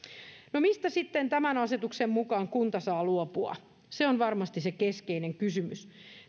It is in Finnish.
no mistä sitten tämän asetuksen mukaan kunta saa luopua se on varmasti se keskeinen kysymys